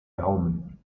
daumen